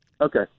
Okay